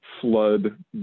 flood